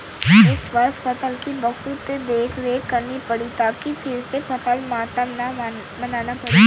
इस वर्ष फसल की बहुत देखरेख करनी पड़ी ताकि फिर से फसल मातम न मनाना पड़े